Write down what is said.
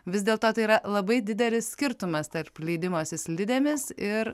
vis dėl to tai yra labai didelis skirtumas tarp leidimosi slidėmis ir